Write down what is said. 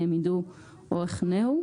העמידו או החנהו,